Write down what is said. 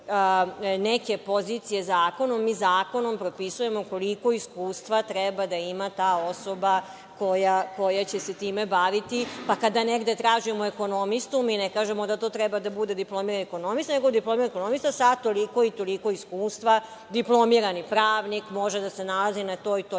neke pozicije zakonom, mi zakonom propisujemo koliko iskustva treba da ima ta osoba koja će se time baviti, pa kada negde tražimo ekonomistu, mi ne kažemo da treba da bude diplomirani ekonomista sa toliko i toliko iskustva, diplomirani pravnik može da se nalazi na toj i toj